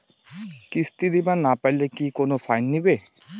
কিস্তি দিবার না পাইলে কি কোনো ফাইন নিবে?